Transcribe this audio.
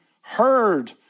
heard